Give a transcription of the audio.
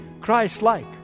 Christ-like